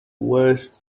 worst